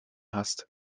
hast